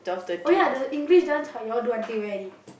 oh ya the English dance how you all do until where already